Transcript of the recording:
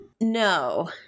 No